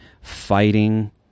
fighting